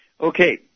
Okay